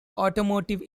automotive